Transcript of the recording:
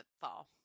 fall